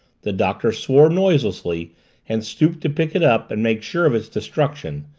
the doctor swore noiselessly and stooped to pick it up and make sure of its destruction.